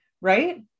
right